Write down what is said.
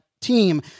team